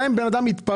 גם אם בן אדם מתפרע,